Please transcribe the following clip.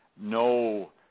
no